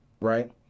right